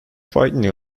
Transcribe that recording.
fighting